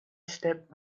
step